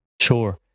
Sure